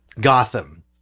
Gotham